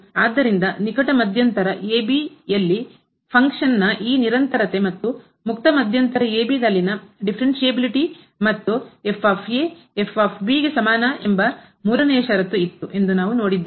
ಆದ್ದರಿಂದ ನಿಕಟ ಮಧ್ಯಂತರ ಎ ಬಿ a b ಯಲ್ಲಿ ಫಂಕ್ಷನ್ ನ ಈ ನಿರಂತರತೆ ಮತ್ತು ಮುಕ್ತ ಮಧ್ಯಂತರ ಎ ಬಿ ದಲ್ಲಿನ ಡಿಫರೆನ್ಸ್ಎಬಿಲಿಟಿ ಮತ್ತು ಸಮಾನ ಎಂಬ ಮೂರನೆಯ ಷರತ್ತು ಇತ್ತು ಎಂದು ನಾವು ನೋಡಿದ್ದೇವೆ